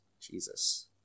Jesus